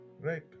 Right